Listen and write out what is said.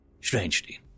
Strangely